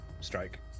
strike